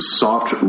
soft